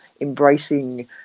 embracing